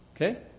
Okay